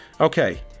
Okay